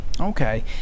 Okay